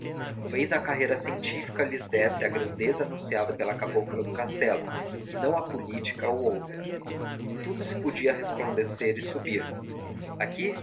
talvez a carreira científica lhes desse a grandeza anunciada pela cabocla do castelo e não a política ou outra em tudo se podia resplandecer e subir aqui